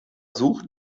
sucht